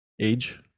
age